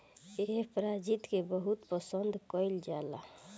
एह प्रजाति के बहुत पसंद कईल जाला